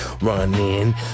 running